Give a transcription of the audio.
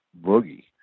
boogie